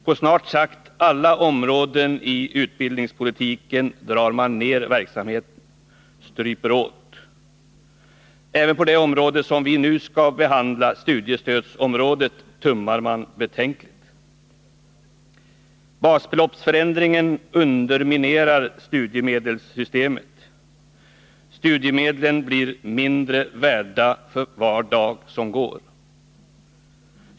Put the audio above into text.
På snart sagt alla områden i utbildningspolitiken drar man ner verksamheten, stryper åt. Även på det område som vi nu skall behandla, studiestödsområdet, ”tummar” man betänkligt. Basbeloppsförändringen underminerar studiemedelssystemet. Studiemedlen blir mindre värda för var dag som går.